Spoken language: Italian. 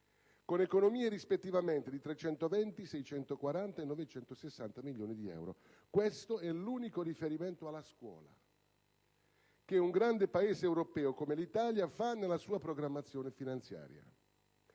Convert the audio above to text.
con economie rispettivamente di 320, 640 e 960 milioni di euro. Questo è l'unico riferimento alla scuola che un grande Paese europeo come l'Italia fa nella sua programmazione finanziaria.